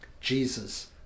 Jesus